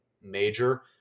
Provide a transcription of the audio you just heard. major